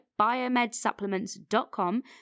BiomedSupplements.com